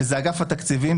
שזה אגף התקציבים,